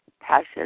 passion